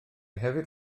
hefyd